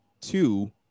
two